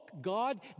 God